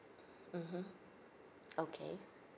mmhmm okay